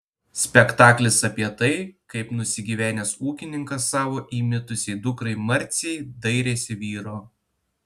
spektaklis apie tai kaip nusigyvenęs ūkininkas savo įmitusiai dukrai marcei dairėsi vyro